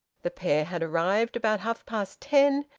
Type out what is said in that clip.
the pair had arrived about half-past ten,